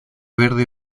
verde